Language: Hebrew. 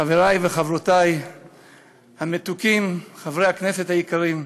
חברי וחברותי המתוקים חברי הכנסת היקרים,